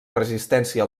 resistència